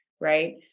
Right